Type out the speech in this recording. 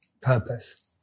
Purpose